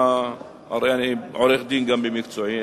הרי אני גם עורך-דין במקצועי,